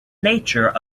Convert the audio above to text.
nature